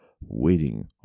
waiting